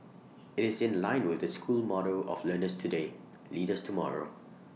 IT is in line with the school motto of learners today leaders tomorrow